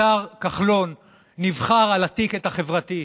השר כחלון נבחר על הטיקט החברתי,